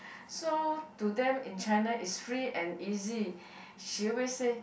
so to them in China is free and easy she always say